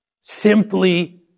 simply